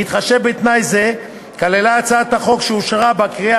בהתחשב בתנאי זה נכלל בהצעת החוק שאושרה בקריאה